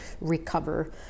recover